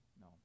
no